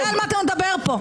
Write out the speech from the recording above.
על מה אתה מדבר פה?